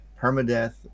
permadeath